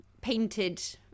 painted